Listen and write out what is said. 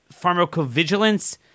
pharmacovigilance